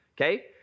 okay